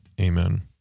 Amen